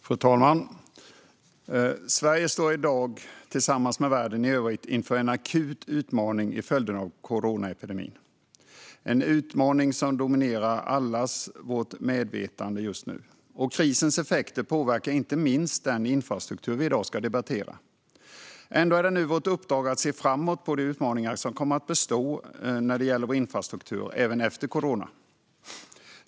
Fru talman! Sverige står i dag, tillsammans med världen i övrigt, inför en akut utmaning i följderna av coronaepidemin, en utmaning som dominerar allas vårt medvetande just nu. Krisens effekter påverkar inte minst den infrastruktur vi i dag ska debattera. Ändå är det nu vårt uppdrag att se framåt på de utmaningar som kommer att bestå när det gäller vår infrastruktur, även efter corona.